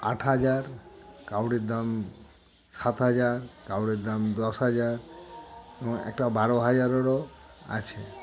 আট হাজার কারোর দাম সাত হাজার কারোর দাম দশ হাজার এবং একটা বারো হাজারেরও আছে